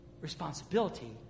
responsibility